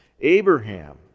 Abraham